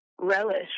relish